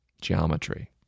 geometry